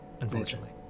unfortunately